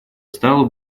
стало